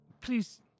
Please